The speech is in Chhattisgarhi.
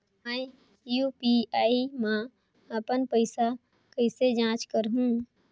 मैं यू.पी.आई मा अपन पइसा कइसे जांच करहु?